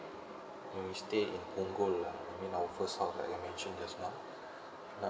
when we stay in punggol lah in our first house like I mention just now